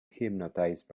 hypnotized